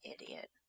Idiot